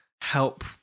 help